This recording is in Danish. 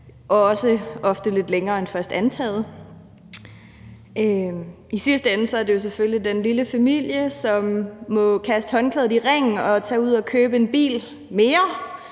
også over længere tid end først antaget. I sidste ende er det jo selvfølgelig den lille familie, som må kaste håndklædet i ringen og tage ud og købe en bil mere,